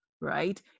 right